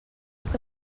que